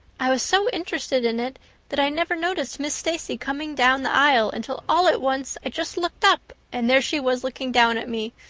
i was so interested in it that i never noticed miss stacy coming down the aisle until all at once i just looked up and there she was looking down at me,